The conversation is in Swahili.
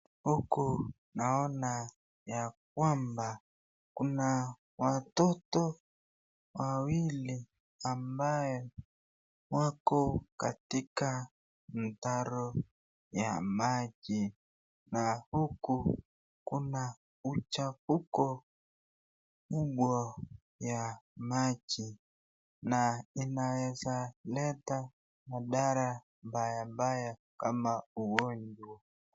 Huku naona yakwamba Kuna watoto wawili ambao wako katika mtaro ya maji, na huku Kuna uchafuko wa maji na inaeza leta madhara mbaya mbaya kama ugonjwa.